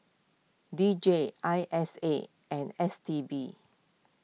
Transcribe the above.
D J I S A and S T B